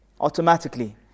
automatically